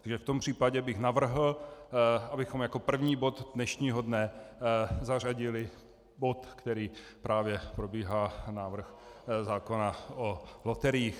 Takže v tom případě bych navrhl, abychom jako první bod dnešního dne zařadili bod, který právě probíhá, návrh zákona o loteriích.